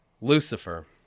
Lucifer